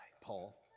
Paul